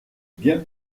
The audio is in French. bien